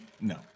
No